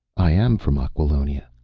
i am from aquilonia,